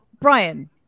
Brian